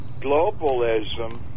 globalism